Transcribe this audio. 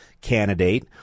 candidate